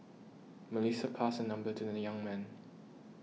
Melissa passed her number to the young man